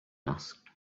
asked